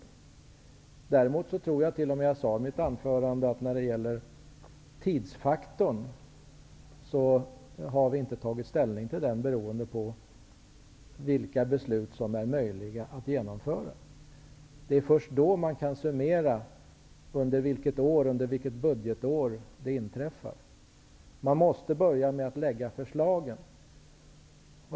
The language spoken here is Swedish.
Beträffande tidsfaktorn tror jag däremot att jag i mitt anförande sade att vi inte har tagit ställning till den beroende på vilka beslut som är möjliga att genomföra. Först då kan man uppskatta under vilket budgetår det inträffar. Man måste börja med att lägga förslagen.